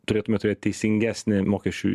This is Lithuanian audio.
turėtume turėt teisingesnę mokesčių